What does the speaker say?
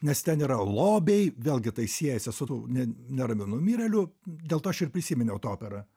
nes ten yra lobiai vėlgi tai siejasi su tuo neramiu numirėliu dėl to aš ir prisiminiau tą operą